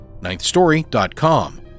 ninthstory.com